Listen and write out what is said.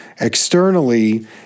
externally